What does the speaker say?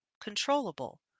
controllable